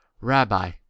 rabbi